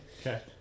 Okay